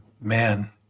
Man